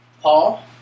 Paul